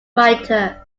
writer